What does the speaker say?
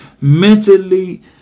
mentally